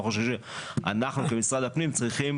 אנחנו חושבים שאנחנו כמשרד הפנים צריכים